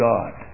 God